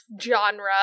genre